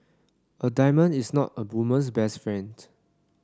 a diamond is not a woman's best friend